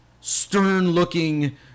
stern-looking